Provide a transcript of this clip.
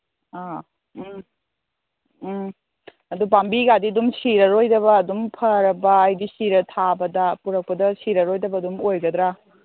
ꯑꯥ ꯎꯝ ꯎꯝ ꯑꯗꯨ ꯄꯥꯝꯕꯤꯀꯥꯗꯤ ꯑꯗꯨꯝ ꯁꯤꯔꯔꯣꯏꯗꯕ ꯑꯗꯨꯝ ꯐꯔꯕ ꯍꯥꯏꯗꯤ ꯊꯥꯕꯗ ꯄꯣꯔꯛꯞꯗ ꯁꯤꯔꯣꯏꯗꯕ ꯑꯗꯨꯝ ꯑꯣꯏꯒꯗ꯭ꯔꯥ